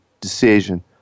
decision